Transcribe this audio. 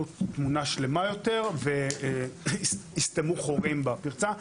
תמונה שלמה יותר ויסתמו חורים בפרצה.